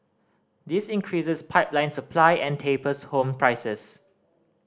this increases pipeline supply and tapers home prices